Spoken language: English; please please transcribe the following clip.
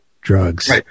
drugs